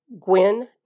Gwen